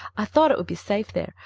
i thought it would be safe there.